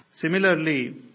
Similarly